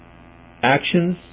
actions